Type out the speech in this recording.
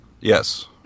Yes